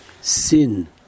sin